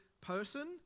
person